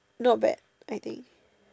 not bad I think